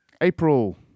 April